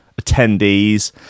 attendees